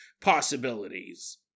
possibilities